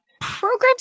programs